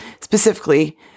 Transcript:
specifically